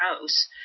house